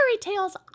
tales